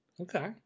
Okay